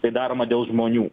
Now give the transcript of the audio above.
tai daroma dėl žmonių